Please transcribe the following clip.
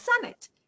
Senate